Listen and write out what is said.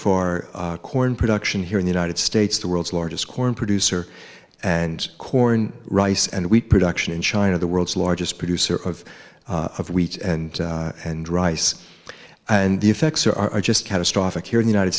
far corn production here in the united states the world's largest corn producer and corn rice and wheat production in china the world's largest producer of of wheat and and rice and the effects are just catastrophic here in the united